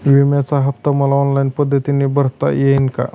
विम्याचा हफ्ता मला ऑनलाईन पद्धतीने भरता येईल का?